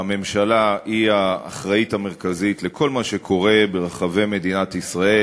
שהממשלה היא האחראית המרכזית לכל מה שקורה ברחבי מדינת ישראל,